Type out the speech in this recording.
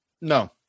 No